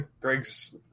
Greg's